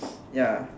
ya